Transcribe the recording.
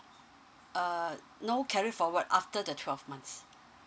uh no carry forward after the twelve months